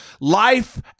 life